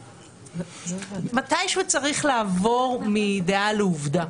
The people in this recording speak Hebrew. מתישהו צריך לעבור מדעה לעובדה,